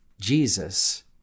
Jesus